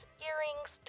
earrings